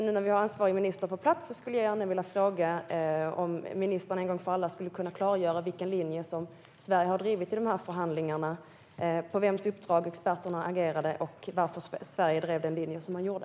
Nu när vi har ansvarig minister på plats vill jag gärna fråga om hon en gång för alla skulle kunna klargöra vilken linje Sverige har drivit i förhandlingarna, på vems uppdrag experterna agerade och varför Sverige drev den linje man gjorde.